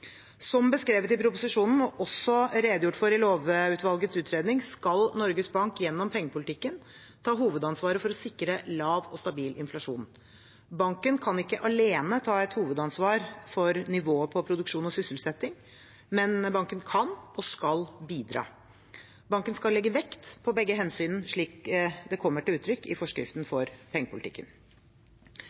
Som beskrevet i proposisjonen, og også redegjort for i lovutvalgets utredning, skal Norges Bank gjennom pengepolitikken ta hovedansvaret for å sikre lav og stabil inflasjon. Banken kan ikke alene ta et hovedansvar for nivået på produksjon og sysselsetting, men banken kan og skal bidra. Banken skal legge vekt på begge hensyn, slik det kommer til uttrykk i forskriften for pengepolitikken.